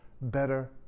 better